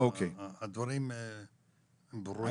הדברים ברורים.